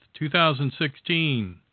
2016